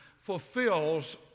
fulfills